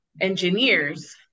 engineers